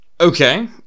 Okay